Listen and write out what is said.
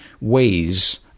ways